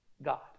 God